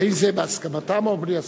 האם זה בהסכמתם או בלי הסכמתם?